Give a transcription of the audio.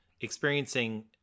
experiencing